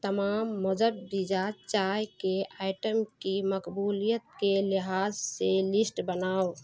تمام چائے کے آئٹم کی مقبولیت کے لحاظ سے لسٹ بناؤ